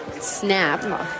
snap